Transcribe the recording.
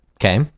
Okay